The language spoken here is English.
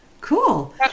Cool